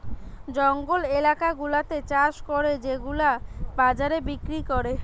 জঙ্গল এলাকা গুলাতে চাষ করে সেগুলা বাজারে বিক্রি করে